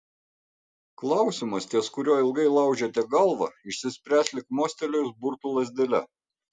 klausimas ties kuriuo ilgai laužėte galvą išsispręs lyg mostelėjus burtų lazdele